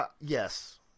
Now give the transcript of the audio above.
Yes